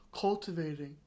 cultivating